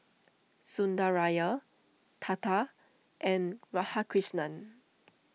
Sundaraiah Tata and Radhakrishnan